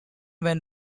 went